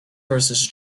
versus